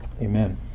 amen